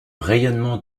rayonnement